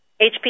HP